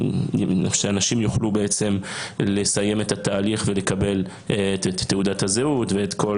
שאנשים יוכלו לסיים את התהליך ולקבל את תעודת הזהות ואת כל